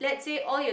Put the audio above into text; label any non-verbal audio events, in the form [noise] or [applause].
[breath]